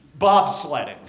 bobsledding